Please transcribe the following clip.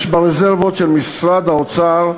יש ברזרבות של משרד האוצר,